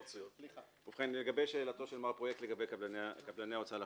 --- לגבי השאלה לגבי קבלני ההוצאה לפועל.